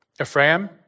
Ephraim